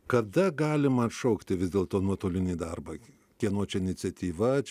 kada galima atšaukti vis dėlto nuotolinį darbą kieno čia iniciatyva čia